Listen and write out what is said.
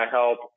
help